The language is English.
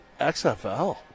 XFL